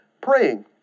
praying